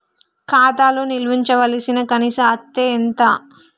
ఖాతా లో నిల్వుంచవలసిన కనీస అత్తే ఎంత?